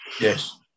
yes